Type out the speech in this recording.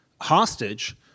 hostage